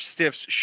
Stiffs